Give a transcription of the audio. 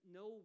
no